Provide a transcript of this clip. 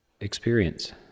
experience